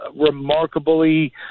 remarkably